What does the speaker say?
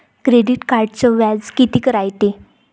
Credit कार्डचं व्याज कितीक रायते?